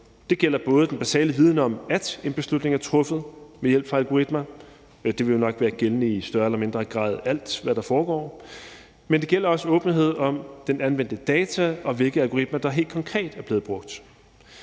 Det gælder både den basale viden om, at en beslutning er truffet med hjælp fra algoritmer – det vil jo nok være gældende i større eller mindre grad i alt, hvad der foregår, men det gælder også åbenhed om den anvendte data, og hvilke algoritmer der helt konkret er blevet brugt.